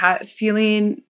feeling